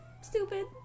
Stupid